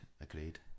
agreed